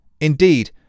Indeed